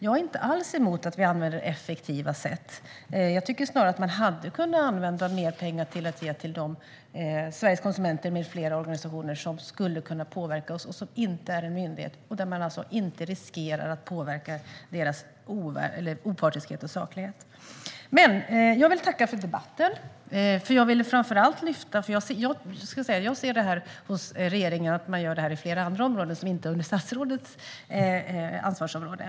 Jag är inte alls emot att vi använder effektiva sätt. Jag tycker snarare att man hade kunnat använda mer pengar till att ge till Sveriges Konsumenter med flera organisationer som skulle kunna påverka och som inte är myndigheter. Då riskerar man inte att påverka myndigheters opartiskhet och saklighet. Jag vill med detta tacka så mycket för debatten. Jag ser att man gör detta hos regeringen på flera andra områden, som inte ligger under statsrådets ansvarsområde.